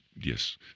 yes